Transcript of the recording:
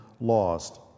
lost